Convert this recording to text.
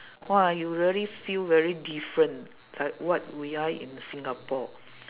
!wah! you really feel very different like what we are in singapore